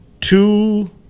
two